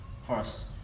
First